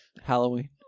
Halloween